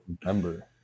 Remember